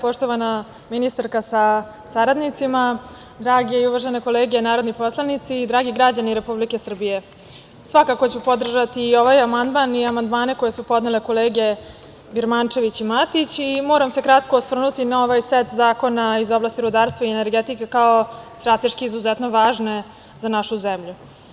Poštovana ministarka sa saradnicima, drage i uvažene kolege narodni poslanici i dragi građani Republike Srbije, svakako ću podržati i ovaj amandman i amandmane koje su podnele kolege Birmančević i Matić i moram se kratko osvrnuti na ovaj set zakona iz oblasti rudarstva i energetike kao strateški izuzetno važne za našu zemlju.